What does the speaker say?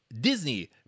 Disney